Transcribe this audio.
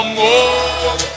more